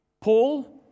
Paul